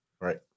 Right